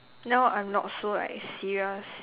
now I'm not so like serious